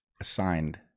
assigned